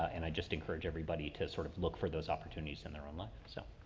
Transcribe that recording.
and i just encourage everybody to sort of look for those opportunities in their own life. so